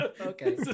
Okay